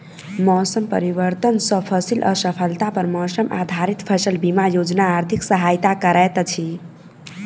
मौसम परिवर्तन सॅ फसिल असफलता पर मौसम आधारित फसल बीमा योजना आर्थिक सहायता करैत अछि